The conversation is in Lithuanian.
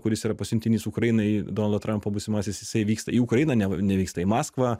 kuris yra pasiuntinys ukrainai donaldo trampo būsimasis jisai vyksta į ukrainą ne nevyksta į maskvą